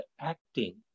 acting